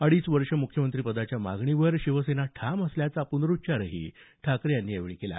अडीच वर्ष मुख्यमंत्रिपदाच्या मागणीवर शिवसेना ठाम असल्याचा पुनरुच्चारही ठाकरे यांनी केला